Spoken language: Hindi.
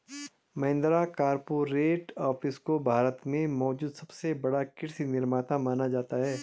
महिंद्रा कॉरपोरेट ऑफिस को भारत में मौजूद सबसे बड़ा कृषि निर्माता माना जाता है